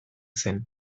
zen